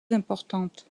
importante